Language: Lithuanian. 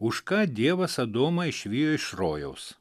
už ką dievas adomą išvijo iš rojaus